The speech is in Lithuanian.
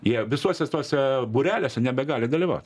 jie visuose tuose būreliuose nebegali dalyvaut